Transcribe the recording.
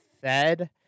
Fed